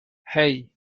hey